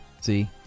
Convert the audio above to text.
See